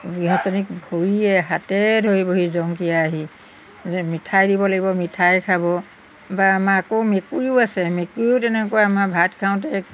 গৃহস্থনীক ভৰিয়ে হাতে ধৰিবহি জংকীয়ে আহি যে মিঠাই দিব লাগিব মিঠাই খাব বা আমাৰ আকৌ মেকুৰীও আছে মেকুৰীও তেনেকুৱা আমাৰ ভাত খাওঁতে